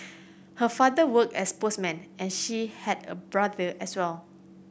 her father worked as postman and she has a brother as well